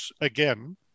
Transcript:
again